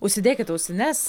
užsidėkit ausines